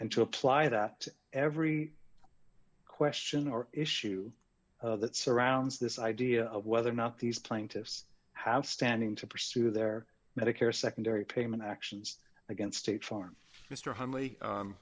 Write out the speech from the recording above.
and to apply that every question or issue that surrounds this idea of whether or not these plaintiffs house standing to pursue their medicare secondary payment actions against state farm mr